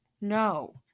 no